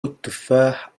التفاح